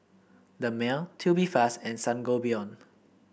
Dermale Tubifast and Sangobion